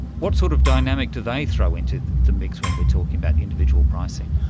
what sort of dynamic do they throw into the mix when we are talking about individual pricing?